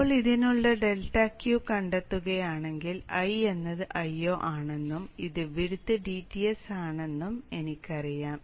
ഇപ്പോൾ ഞാൻ ഇതിനുള്ള ഡെൽറ്റ Q കണ്ടെത്തുകയാണെങ്കിൽ I എന്നത് Io ആണെന്നും ഈ വിഡ്ത് dTs ആണെന്നും എനിക്കറിയാം